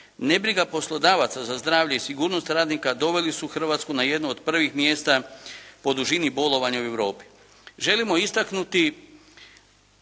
nebriga poslodavaca za zdravlje i sigurnost radnika doveli su Hrvatsku na jednu od prvih mjesta po dužini bolovanja u Europi. Želimo istaknuti